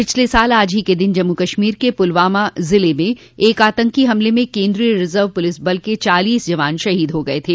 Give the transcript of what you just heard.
पिछले साल आज ही के दिन जम्मू कश्मीर के पुलवामा जिले में एक आतंकी हमले में केन्द्रीय रिज़र्व पुलिस बल के चालीस जवान शहीद हो गये थे